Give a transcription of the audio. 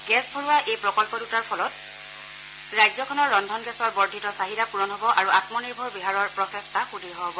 gas ভৰোৱা এই প্ৰকল্প দুটাৰ ফলত ৰাজ্যখনৰ ৰধ্মন গেছৰ বৰ্ধিত চাহিদা পূৰণ হব আৰু আমনিৰ্ভৰ বিহাৰৰ প্ৰচেষ্টা সুদৃঢ় হব